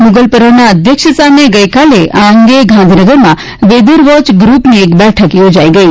મુગલપરાના અધ્યક્ષસ્થાને ગઈકાલે આ અંગે ગાંધીનગરમાં વેધર વોચ ગ્નુપની બેઠક યોજાઈ ગઈ